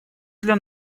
для